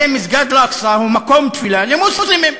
הרי מסגד אל-אקצא הוא מקום תפילה למוסלמים,